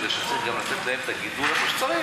מפני שצריך לתת גם להם את הגידול איפה שצריך.